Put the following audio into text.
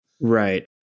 Right